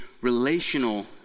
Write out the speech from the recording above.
relational